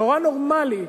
נורא נורמלי,